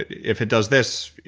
if it does this,